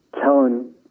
telling